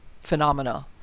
phenomena